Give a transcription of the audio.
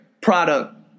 product